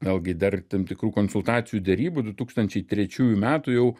vėlgi dar tam tikrų konsultacijų derybų du tūkstančiai trečiųjų metų jau